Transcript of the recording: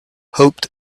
hoped